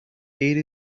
ate